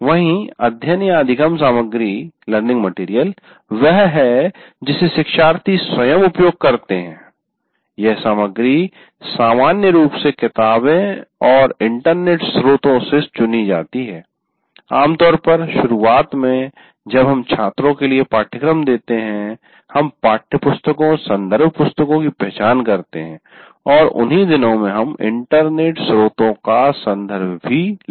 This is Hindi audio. वहीं अध्ययन अधिगम सामग्री वह है जिसे शिक्षार्थी स्वयं उपयोग करते हैं यह सामग्री सामान्य रूप किताबें और इंटरनेट स्रोत से चुनी जाती है आम तौर पर शुरुआत में जब हम छात्रों के लिए पाठ्यक्रम देते हैं हम पाठ्यपुस्तकों संदर्भ पुस्तकों की पहचान करते हैं और उन्ही दिनों में हम इंटरनेट स्रोतों का संदर्भ ले